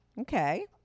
Okay